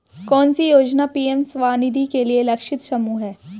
कौन सी योजना पी.एम स्वानिधि के लिए लक्षित समूह है?